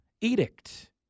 Edict